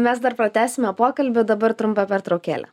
mes dar pratęsime pokalbį dabar trumpa pertraukėlė